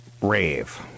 rave